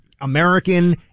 American